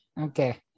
Okay